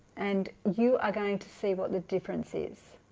and you are going to see what the difference is